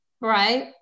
Right